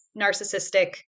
narcissistic